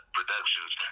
Productions